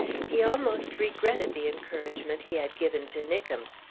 he almost regretted the encouragement he had given to nickem.